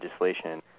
legislation